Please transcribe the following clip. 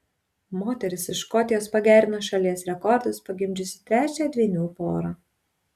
moteris iš škotijos pagerino šalies rekordus pagimdžiusi trečią dvynių porą